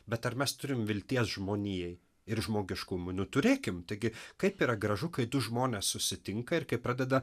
bet ar mes turim vilties žmonijai ir žmogiškumui nu turėkim taigi kaip yra gražu kai du žmonės susitinka ir kai pradeda